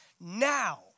now